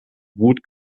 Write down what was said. wut